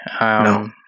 No